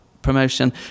promotion